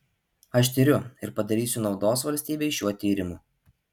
aš tiriu ir padarysiu naudos valstybei šiuo tyrimu